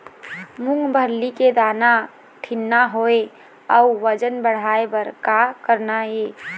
मूंगफली के दाना ठीन्ना होय अउ वजन बढ़ाय बर का करना ये?